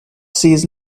sees